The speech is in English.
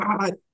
God